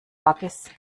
waggis